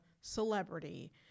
celebrity